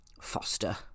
foster